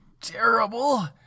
terrible